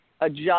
adjust